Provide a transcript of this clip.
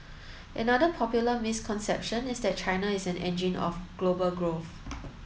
another popular misconception is that China is an engine of global growth